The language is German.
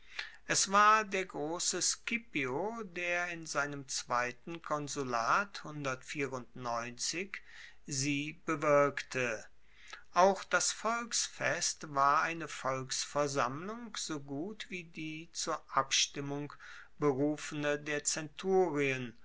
es war der grosse scipio der in seinem zweiten konsulat sie bewirkte auch das volksfest war eine volksversammlung so gut wie die zur abstimmung berufene der zenturien